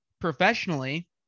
professionally